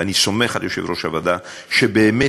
ואני סומך על יושב-ראש הוועדה שבאמת